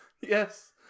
Yes